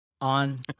on